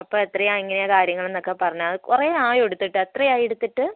അപ്പോൾ എത്രയാണ് എങ്ങനെയാണ് കാര്യങ്ങൾ എന്നൊക്കെ പറഞ്ഞാൽ അത് കുറേ ആയൊ എടുത്തിട്ട് എത്ര ആയി എടുത്തിട്ട്